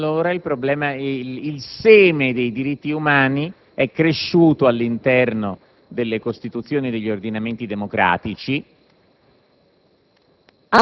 Da allora, il seme dei diritti umani è cresciuto all'interno delle Costituzioni degli ordinamenti democratici,